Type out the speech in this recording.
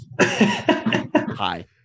hi